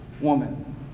woman